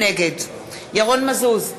נגד ירון מזוז,